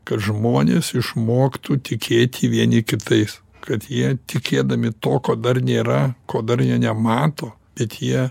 kad žmonės išmoktų tikėti vieni kitais kad jie tikėdami to ko dar nėra ko dar jie nemato bet jie